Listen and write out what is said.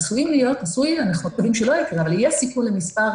עשוי להיות ואנחנו מקווים שלא יקרה אבל יש סיכוי למספר